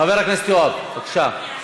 חבר הכנסת יואב קיש,